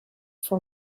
for